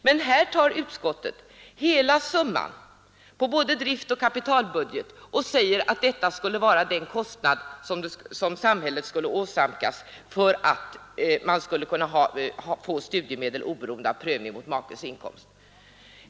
Men här tar utskottet hela summan på både driftoch kapitalbudgeten och säger att det skulle vara den kostnad som samhället skulle åsamkas om man beviljar studiemedel oberoende av makes inkomst.